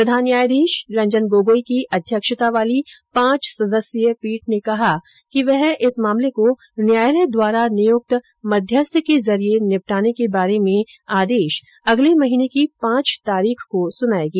प्रधान न्यायाधीश रंजन गोगोई की अध्यक्षता वाली पांच सदस्यीय पीठ ने कहा कि वह इस मामले को न्यायालय द्वारा नियुक्त मध्यस्थ के जरिये निपटाने के बारे में आदेश अगले महीने की पांच तारीख को सुनायेगी